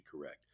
correct